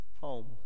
home